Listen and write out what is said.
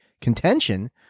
contention